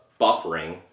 buffering